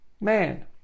man